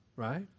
right